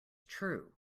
true